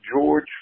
George